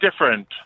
different